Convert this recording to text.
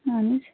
اَہَن حظ